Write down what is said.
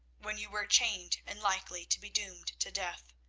when you were chained and likely to be doomed to death.